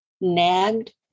nagged